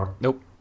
Nope